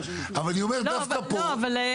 אבל חביבי,